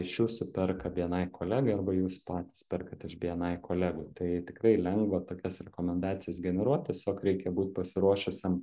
iš jūsų perka bni kolega arba jūs patys perkat iš bni kolegų tai tikrai lengva tokias rekomendacijas generuot tiesiog reikia būt pasiruošusiam